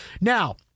Now